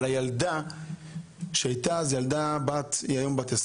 אבל הילדה שהיתה אז בת 11